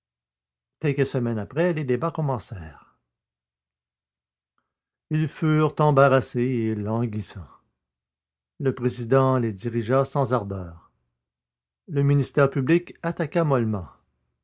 quelques semaines après les débats commencèrent ils furent embarrassés et languissants le président les dirigea sans ardeur le ministère public attaqua mollement